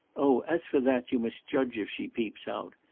oh as for that you must judge if she peeps out.